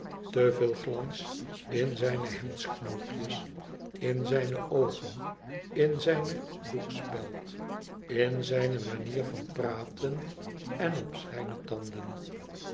te veel glans in zijne hemdsknoopjes in zijne oogen in zijne doekspeld in zijne manier van praten en op zijne tanden